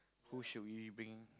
who should we bring